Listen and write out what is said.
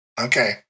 Okay